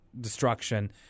destruction